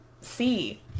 see